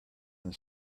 and